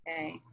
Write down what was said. okay